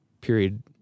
period